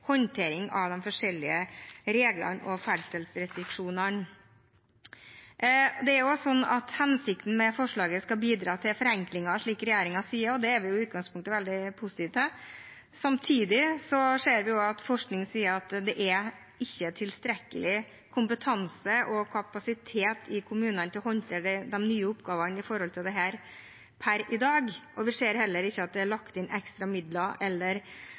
håndtering av de forskjellige reglene og ferdselsrestriksjonene. Hensikten med forslaget er å bidra til forenklinger, slik regjeringen sier, og det er vi i utgangspunktet veldig positive til. Samtidig ser vi at forskning sier at det per i dag ikke er tilstrekkelig kompetanse eller kapasitet i kommunene til å håndtere de nye oppgavene forbundet med dette, og vi ser heller ikke at det er lagt inn ekstra midler eller